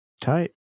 Tight